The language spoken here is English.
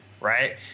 Right